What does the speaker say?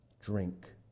drink